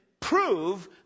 Prove